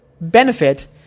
benefit